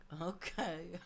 Okay